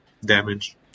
damage